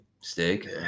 Steak